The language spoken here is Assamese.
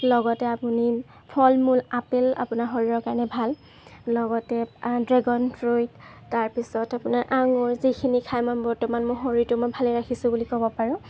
লগতে আপুনি ফল মূল আপেল আপোনাৰ শৰীৰৰ কাৰণে ভাল লগতে দ্ৰেগন ফ্ৰুট তাৰপিছত আপোনাৰ আঙুৰ যিখিনি খাই মই বৰ্তমান মোৰ শৰীৰটো মই ভালে ৰাখিছোঁ বুলি ক'ব পাৰোঁ